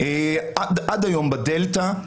עד היום ב-דלתא,